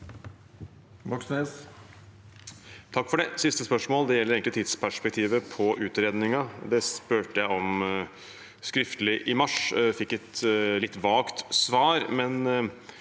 Siste spørsmål gjel- der egentlig tidsperspektivet på utredningen. Det spurte jeg om skriftlig i mars og fikk et litt vagt svar.